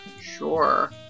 sure